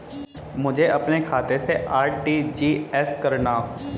मुझे अपने खाते से आर.टी.जी.एस करना?